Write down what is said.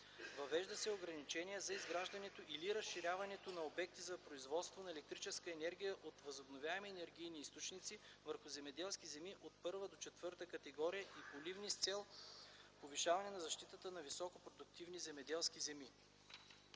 Въвежда се ограничение за изграждането или разширението на обекти за производство на електрическа енергия от възобновяеми енергийни източници върху земеделски земи от първа до четвърта категории и поливни с цел повишаване на защитата на високопродуктивните земеделски земи.